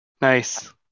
nice